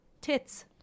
tits